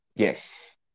Yes